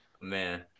Man